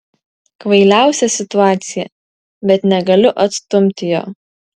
kvailiausia situacija bet negaliu atstumti jo